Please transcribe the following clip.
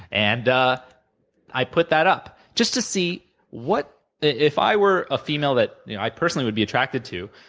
and i put that up, just to see what if i were a female that you know i personally would be attracted to,